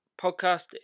podcast